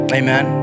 amen